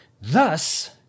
Thus